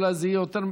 אולי זה יהיה זרז